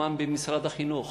מקומן במשרד החינוך,